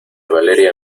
valeria